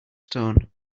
stone